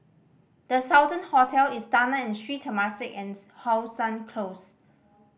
The Sultan Hotel Istana and Sri Temasek and How Sun Close